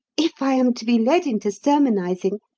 if i am to be led into sermonizing,